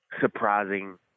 surprising